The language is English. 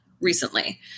recently